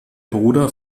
bruder